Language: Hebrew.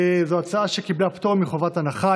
זו הצעה שקיבלה פטור מחובת הנחה.